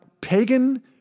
pagan